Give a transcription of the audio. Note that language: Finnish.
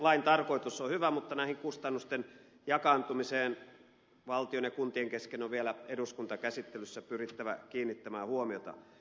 lain tarkoitus on hyvä mutta tähän kustannusten jakaantumiseen valtion ja kuntien kesken on vielä eduskuntakäsittelyssä pyrittävä kiinnittämään huomiota